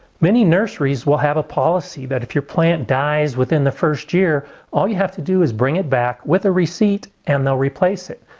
many nurseries will have a policy that if your plant dies within the first year all you have to do is bring it back with a receipt and they'll replace it.